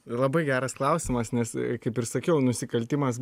labai geras klausimas nes kaip ir sakiau nusikaltimas